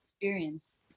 experience